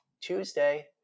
Tuesday